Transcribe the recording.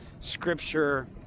Scripture